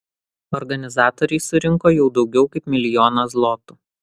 organizatoriai surinko jau daugiau kaip milijoną zlotų